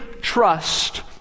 trust